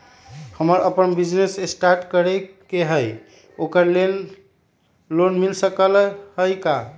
हमरा अपन business start करे के है ओकरा लेल लोन मिल सकलक ह?